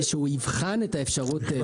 שהוא יבחן את האפשרות.